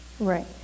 Right